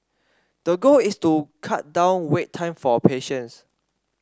the goal is to cut down wait time for patients